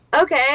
okay